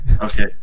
Okay